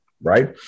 right